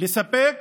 לספק